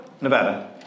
Nevada